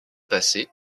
passé